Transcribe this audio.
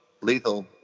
lethal